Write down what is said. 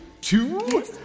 two